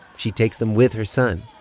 she takes them with her son.